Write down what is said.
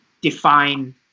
define